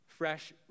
fresh